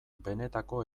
benetako